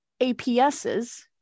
APSs